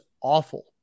awful